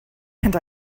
and